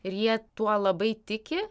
ir jie tuo labai tiki